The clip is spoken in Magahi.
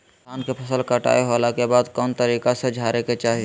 धान के फसल कटाई होला के बाद कौन तरीका से झारे के चाहि?